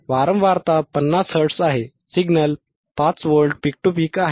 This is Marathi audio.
वारंवारता 50 हर्ट्झ आहे signal 5 volt peak to peak आहे